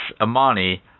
Amani